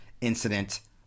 incident